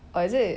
oh is it